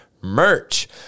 merch